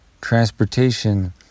transportation